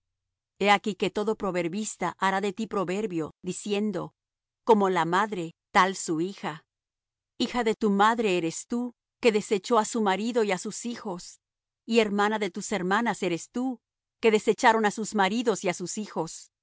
he aquí que todo proverbista hará de ti proverbio diciendo como la madre tal su hija hija de tu madre eres tú que desechó á su marido y á sus hijos y hermana de tus hermanas eres tú que desecharon á sus maridos y á sus hijos